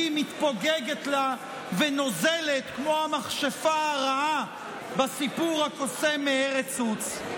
מתפוגגת לה ונוזלת כמו המכשפה הרעה בסיפור הקוסם מארץ עוץ.